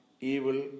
evil